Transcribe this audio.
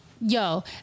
yo